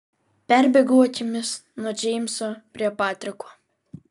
perbėgau akimis nuo džeimso prie patriko